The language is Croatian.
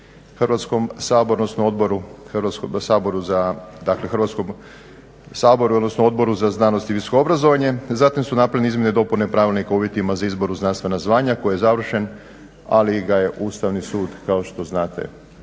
Hrvatskom saboru, odnosno Odboru za znanost i visoko obrazovanje. Zatim su napravljene izmjene i dopune Pravilnika o uvjetima za izbor u znanstvena zvanja koji je završen, ali ga je Ustavni sud kao što znate